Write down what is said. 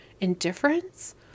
indifference